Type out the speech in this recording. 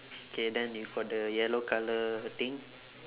K then you got the yellow colour thing